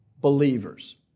believers